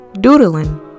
doodling